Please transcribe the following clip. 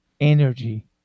energy